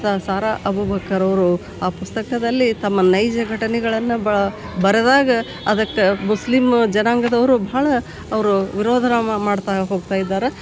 ಸ ಸಾರಾ ಅಬೂಬಕ್ಕರ್ ಅವರು ಆ ಪುಸ್ತಕದಲ್ಲಿ ತಮ್ಮ ನೈಜ ಘಟನೆಗಳನ್ನು ಬರೆದಾಗ ಅದಕ್ಕೆ ಮುಸ್ಲಿಮ್ ಜನಾಂಗದವರು ಭಾಳ ಅವರು ವಿರೋಧನ ಮಾಡ್ತಾ ಹೋಗ್ತಾ ಇದ್ದಾರೆ